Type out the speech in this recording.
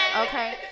okay